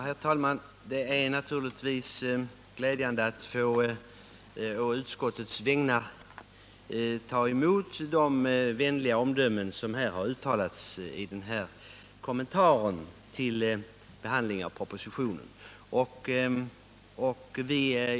Herr talman! Det är naturligtvis glädjande att på utskottets vägnar få ta emot de vänliga omdömen som här uttalats i kommentarerna till behandlingen av propositionen.